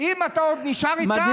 אם אתה עוד נשאר איתם -- עכשיו אתה אומר?